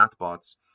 chatbots